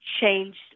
changed